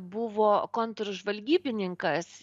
buvo kontržvalgybininkas